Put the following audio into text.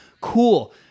cool